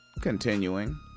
Continuing